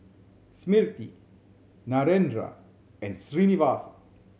Smriti Narendra and Srinivasa